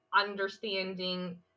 understanding